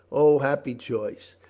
o happy choice!